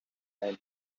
and